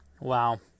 Wow